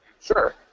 Sure